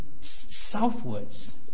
southwards